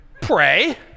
pray